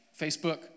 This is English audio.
Facebook